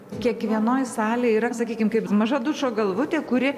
kiekvienoj salėj yra sakykim kaip maža dušo galvutė kuri